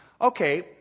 Okay